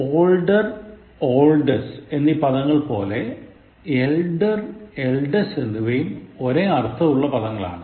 older oldst എന്നി പദങ്ങൾ പോലെ elder eldest എന്നിവയും ഒരേ അർത്ഥം ഉള്ള പദങ്ങളാണ്